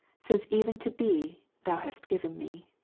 since even to be thou hast given me.